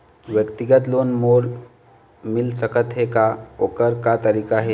व्यक्तिगत लोन मोल मिल सकत हे का, ओकर का तरीका हे?